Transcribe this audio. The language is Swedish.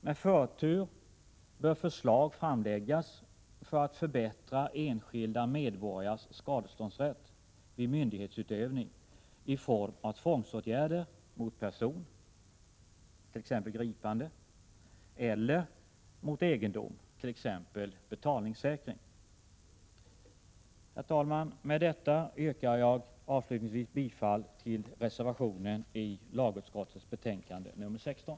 Med förtur bör förslag framläggas för att förbättra enskilda medborgares skadeståndsrätt vid myndighetsutövning i form av tvångsåtgärder mot person, t.ex. gripande, eller mot egendom, t.ex. betalningssäkring. Herr talman! Med detta yrkar jag avslutningsvis bifall till reservationen till lagutskottets betänkande nr 16.